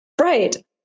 right